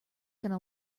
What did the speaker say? gonna